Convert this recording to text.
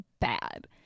bad